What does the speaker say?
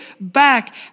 back